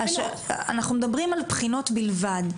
אנחנו מדברים על בחינות בלבד.